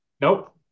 Nope